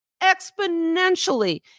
exponentially